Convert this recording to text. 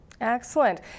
Excellent